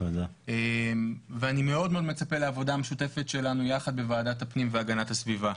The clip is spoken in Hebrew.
אני מאוד מצפה לעבודה המשותפת שלנו יחד בוועדת הפנים והגנת הסביבה.